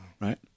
Right